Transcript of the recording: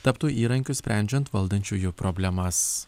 taptų įrankiu sprendžiant valdančiųjų problemas